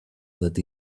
that